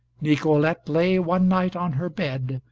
nicolete lay one night on her bed,